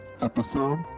episode